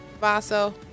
Vaso